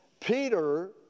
Peter